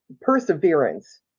perseverance